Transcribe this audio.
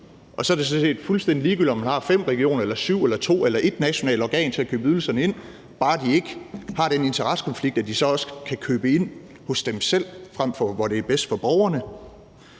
det sådan set fuldstændig ligegyldigt, om man har fem eller syv regioner, eller om man har to eller et nationalt organ til at købe ydelserne ind, bare de ikke har den interessekonflikt, at de så også kan købe ind hos sig selv frem for der, hvor det er bedst for borgerne.